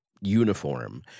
uniform